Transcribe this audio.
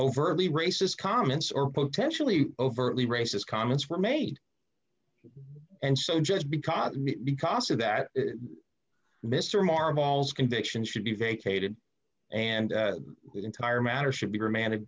overtly racist comments or potentially overtly racist comments were made and so just because because of that mr maher mauls conviction should be vacated and the entire matter should be reman